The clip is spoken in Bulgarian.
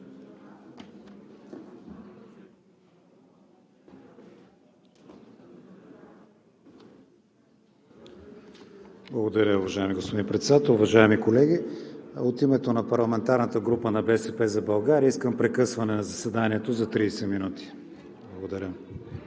Благодаря, уважаеми господин Председател. Уважаеми колеги, от името на парламентарната група на „БСП за България“ искам прекъсване на заседанието за 30 минути.